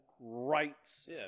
Rights